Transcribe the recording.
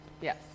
Yes